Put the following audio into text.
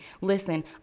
Listen